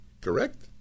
Correct